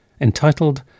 entitled